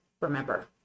remember